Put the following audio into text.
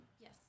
Yes